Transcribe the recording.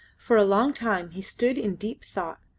for a long time he stood in deep thought,